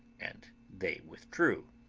and they withdrew.